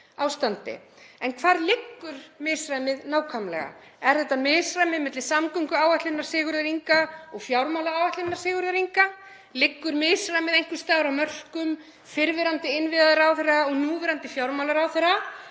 en hvar liggur misræmið nákvæmlega? Er þetta misræmi milli samgönguáætlunar Sigurðar Inga og fjármálaáætlunar Sigurðar Inga? Liggur misræmið einhvers staðar á mörkum fyrrverandi innviðaráðherra og núverandi fjármálaráðherra?